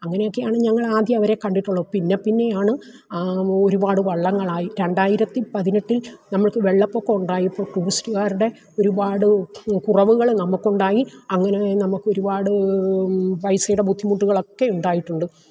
അങ്ങനെ ഒക്കെയാണ് ഞങ്ങള് ആദ്യം അവരെ കണ്ടിട്ടുള്ളത് പിന്നെ പിന്നെയാണ് ഒരുപാട് വള്ളങ്ങളായി രണ്ടായിരത്തി പതിനെട്ടിൽ നമ്മൾക്ക് വെള്ളപ്പൊക്കം ഉണ്ടായപ്പോൾ ടൂറിസ്റ്റുകാരുടെ ഒരുപാട് കുറവുകള് നമുക്കുണ്ടായി അങ്ങനെ നമുക്ക് ഒരുപാട് പൈസയുടെ ബുദ്ധിമുട്ടുകളൊക്കെ ഉണ്ടായിട്ടുണ്ട്